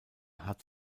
hat